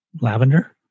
Lavender